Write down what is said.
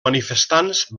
manifestants